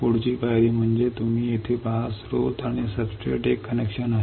पुढील पायरी म्हणजे तुम्ही इथे पहा स्त्रोत आणि सबस्ट्रेट उजवीकडे एक कनेक्शन आहे